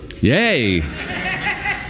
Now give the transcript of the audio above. yay